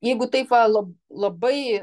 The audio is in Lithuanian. jeigu taip va labai